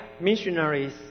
missionaries